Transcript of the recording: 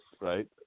right